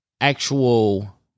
Actual